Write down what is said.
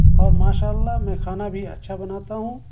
اور ماشاء اللہ میں کھانا بھی اچھا بناتا ہوں